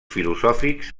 filosòfics